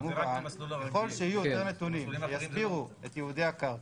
ככל שיהיו יותר נתונים שיסבירו את ייעודי הקרקע,